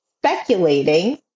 speculating